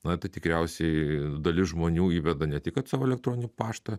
na tai tikriausiai dalis žmonių įveda ne tik kad savo elektroninį paštą